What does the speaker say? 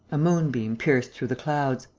a moonbeam pierced through the clouds.